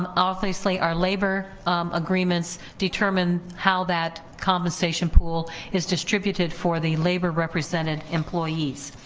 um obviously our labor agreements determine how that compensation pool is distributed for the labor represented employees.